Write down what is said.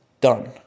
done